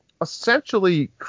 essentially